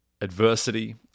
adversity